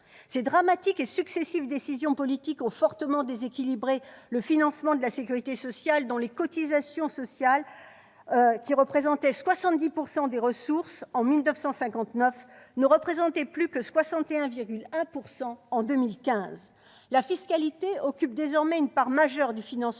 Ces dramatiques et successives décisions politiques ont fortement déséquilibré le financement de la sécurité sociale, dont les cotisations sociales, qui représentaient 77 % des ressources sociales en 1959, ne représentaient plus que 61,1 % en 2015. La fiscalité occupe désormais une part majeure du financement